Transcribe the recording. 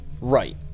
right